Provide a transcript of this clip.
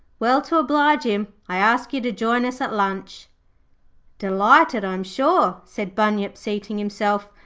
well, to oblige him, i ask you to join us at lunch delighted, i'm sure said bunyip, seating himself.